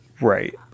Right